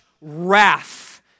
wrath